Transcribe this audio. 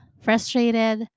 frustrated